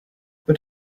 but